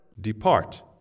Depart